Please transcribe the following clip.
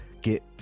get